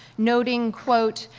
noting, quote,